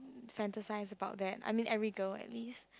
fantasize about that I mean every girl at least